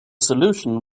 solution